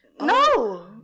No